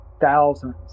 thousands